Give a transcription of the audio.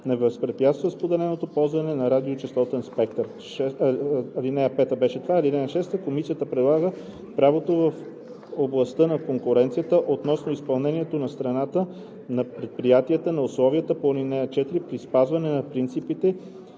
не възпрепятства споделеното ползване на радиочестотен спектър. (6) Комисията прилага правото в областта на конкуренцията относно изпълнението от страна на предприятията на условията по ал. 4 при спазване на принципите